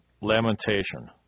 lamentation